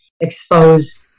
expose